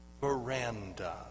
Veranda